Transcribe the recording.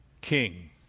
king